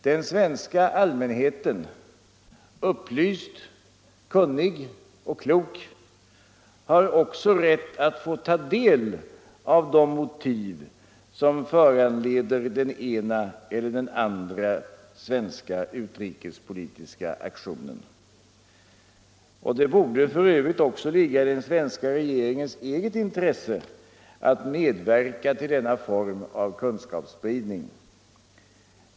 Den svenska allmänheten — upplyst, kunnig och klok — har också rätt att få ta del av de motiv som föranleder den ena eller den andra svenska utrikespolitiska aktionen. Det borde f.ö. också ligga i den svenska regeringens eget intresse att medverka till denna form av kunskapsspridning.